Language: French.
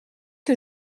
que